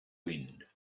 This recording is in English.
wind